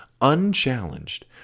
unchallenged